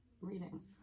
readings